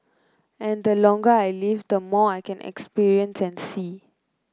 and the longer I live the more I can experience and see